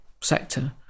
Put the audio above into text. sector